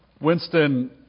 Winston